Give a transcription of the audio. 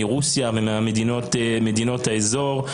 מרוסיה ומדינות האזור.